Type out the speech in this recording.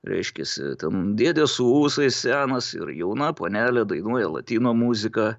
reiškiasi ten dėdė su ūsais senas ir jauna panelė dainuoja latino muziką